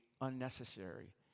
unnecessary